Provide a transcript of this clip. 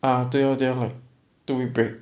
ah 对 lor 对 lor two week break